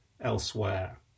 elsewhere